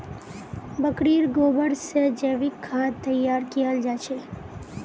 बकरीर गोबर से जैविक खाद तैयार कियाल जा छे